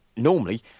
Normally